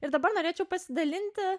ir dabar norėčiau pasidalinti